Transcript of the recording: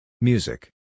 Music